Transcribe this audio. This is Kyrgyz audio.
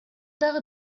дагы